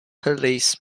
police